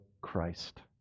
Christ